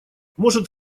может